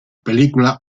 película